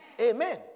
Amen